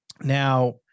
now